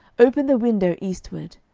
open the window eastward.